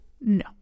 No